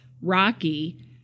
rocky